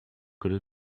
could